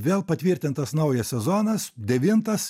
vėl patvirtintas naujas sezonas devintas